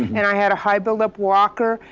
and i had a high build up walker,